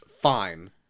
fine